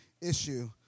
issue